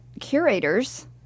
curators